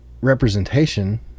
representation